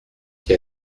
qui